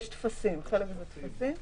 חלק זה טפסים.